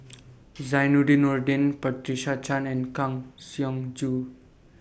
Zainudin Nordin Patricia Chan and Kang Siong Joo